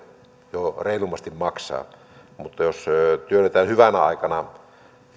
jo reilummin maksaa mutta jos työnnetään hyvänä aikana